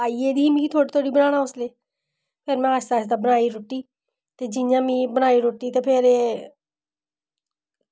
आई गेदी ही आस्ता आस्ता मिगी बनाना उसलै फिर में आस्ता आस्ता बनाई रुट्टी ते जि'यां में बनाई रुट्टी ते फिर